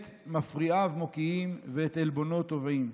/ את מפריעיו מוקיעים ואת עלבונו תובעים.